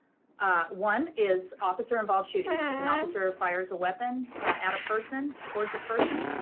ah one is officer involved shootings. if an officer fires a weapon at a person, towards a person,